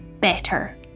better